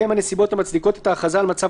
מי הסמכות, האם הממשלה מכריזה על מצב